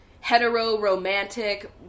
hetero-romantic